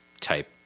type